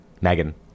Megan